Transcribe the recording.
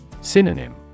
Synonym